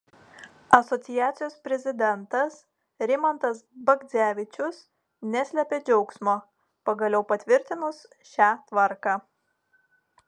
asociacijos prezidentas rimantas bagdzevičius neslėpė džiaugsmo pagaliau patvirtinus šią tvarką